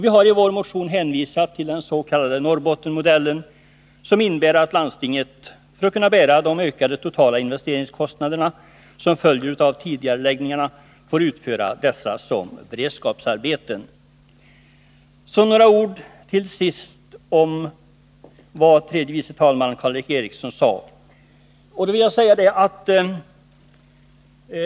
Vi har i vår motion hänvisat till den s.k. Norrbottensmodellen, som innebär att landstinget för att kunna bära de ökade investeringskostnader som följer av tidigareläggningen får utföra dessa byggen som beredskapsarbeten. Så till sist några ord med anledning av vad tredje vice talmannen Karl Erik Eriksson sade i kammaren före middagsuppehållet.